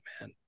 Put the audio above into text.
man